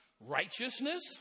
righteousness